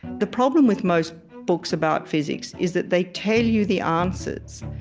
the problem with most books about physics is that they tell you the answers,